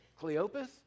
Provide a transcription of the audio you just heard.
Cleopas